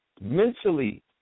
mentally